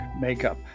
makeup